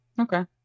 Okay